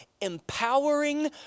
empowering